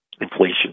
inflation